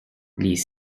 les